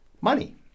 money